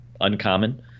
uncommon